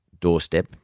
doorstep